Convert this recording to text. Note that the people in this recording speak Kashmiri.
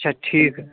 اچھا ٹھیٖک